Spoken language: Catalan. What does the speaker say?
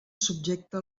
subjecte